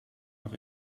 nog